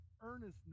earnestness